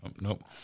Nope